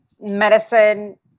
medicine